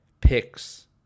picks